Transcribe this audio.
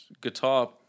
guitar